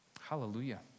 Hallelujah